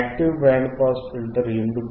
active band pass filter ఎందుకు